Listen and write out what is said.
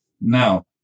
Now